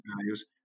values